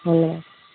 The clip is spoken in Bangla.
হুম